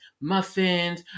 muffins